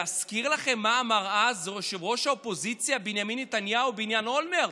להזכיר לכם מה אמר אז יושב-ראש האופוזיציה בנימין נתניהו בעניין אולמרט?